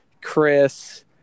Chris